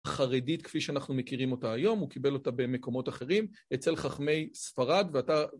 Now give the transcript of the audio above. חרדית כפי שאנחנו מכירים אותה היום הוא קיבל אותה במקומות אחרים אצל חכמי ספרד ואתה